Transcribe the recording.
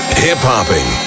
hip-hopping